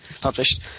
published